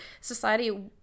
society